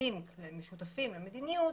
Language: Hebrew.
בקווים משותפים למדיניות,